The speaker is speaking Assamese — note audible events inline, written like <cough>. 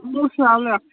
এইবোৰ চোৱা মেলা <unintelligible>